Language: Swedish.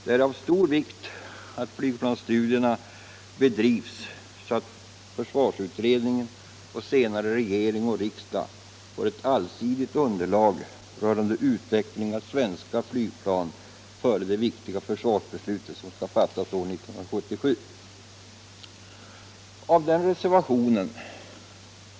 Det är av stor vikt att flygplansstudierna bedrivs så att försvarsutredningen och senare regering och riksdag före det viktiga försvarsbeslut som skall fattas 1977 får ett allsidigt underlag rörande utveckling av svenska flygplan.